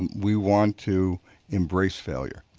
um we want to embrace failure.